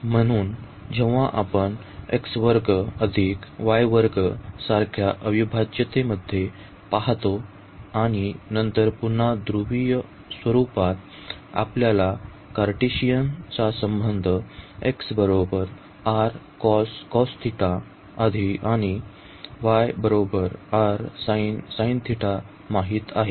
म्हणून जेव्हा आपण सारख्या अविभाज्यतेमध्ये पाहतो आणि नंतर पुन्हा ध्रुवीय स्वरुपात आपल्याला कार्टेशियन चा संबंध आणि माहित आहे